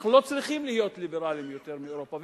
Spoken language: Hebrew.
אנחנו לא צריכים להיות ליברלים יותר מאירופה.